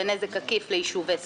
ונזק עקיף ליישובי ספר,